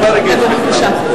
בבקשה.